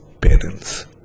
parents